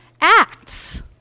acts